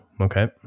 okay